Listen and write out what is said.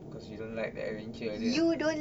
because you don't like the adventure there